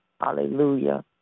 Hallelujah